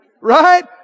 Right